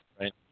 right